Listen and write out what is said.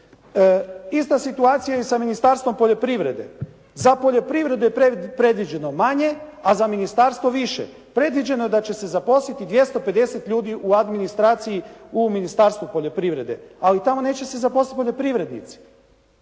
Ista situacija je i sa Ministarstvom poljoprivrede. Za poljoprivredu je predviđeno manje, a za ministarstvo više. Predviđeno je da će se zaposliti 250 ljudi u administraciji u Ministarstvu poljoprivrede, ali tamo neće se zaposliti poljoprivrednici.